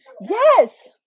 Yes